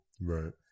Right